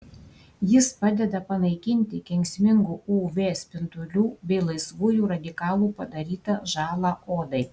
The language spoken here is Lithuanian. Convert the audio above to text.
jis padeda panaikinti kenksmingų uv spindulių bei laisvųjų radikalų padarytą žalą odai